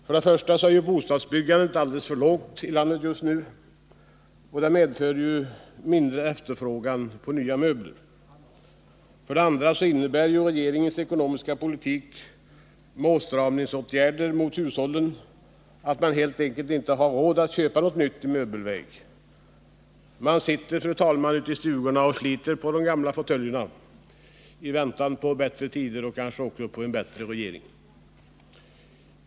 För det första är nivån beträffande bostadsbyggandet alldeles för låg i landet just nu, vilket bl.a. innebär mindre efterfrågan på nya möbler. För det andra innebär regeringens ekonomiska politik med åtstramningsåtgärder riktade mot hushållen att folk helt enkelt inte har råd | att köpa något nytt i möbelväg. Man sitter, fru talman, ute i stugorna och | sliter på de gamla fåtöljerna i väntan på bättre tider — kanske också på en bättre regering.